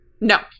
No